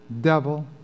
devil